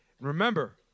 Remember